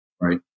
Right